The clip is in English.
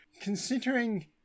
considering